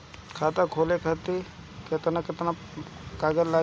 खाता खोले खातिर केतना केतना कागज लागी?